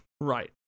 Right